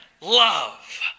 love